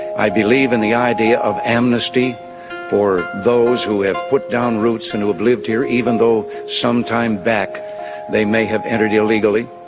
i believe in the idea of amnesty for those who have put down roots and who have lived here even though some time back they may have entered illegally.